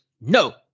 No